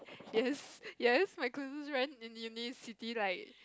yes yes my closest friend in university is